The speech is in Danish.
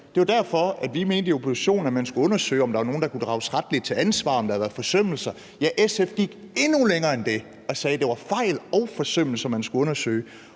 Det var derfor, vi mente i oppositionen, at man skulle undersøge, om der var nogen, der kunne drages retligt til ansvar, og om der havde været forsømmelser, og SF gik endnu længere end det og sagde, at det var fejl og forsømmelser, man skulle undersøge.